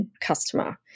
customer